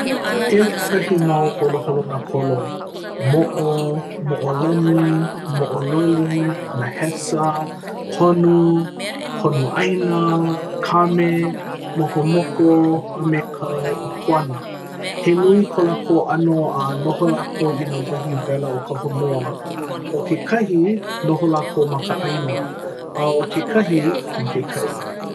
Eia kekahi mau holoholona kolo: moʻo, moʻolani, moʻo loli, nahesa, honu, honu ʻāina, kame, mokomoko, a me ka ʻikuana. He nui ko lākou ʻano a noho lākou i nā wahi wela o ka honua. ʻO kekahi, noho lākou ma ka ʻāina, a ʻo kekahi, ma ke kai.